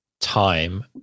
time